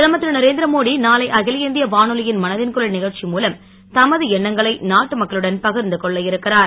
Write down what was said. பிரதமர் திருநரேந்திரமோடி நாளை அகில இந்திய வானொலியின் மனதின் குரல் நிகழ்ச்சி மூலம் தமது எண்ணங்களை நாட்டு மக்களுடன் பகிர்ந்து கொள்ள இருக்கிறார்